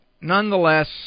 nonetheless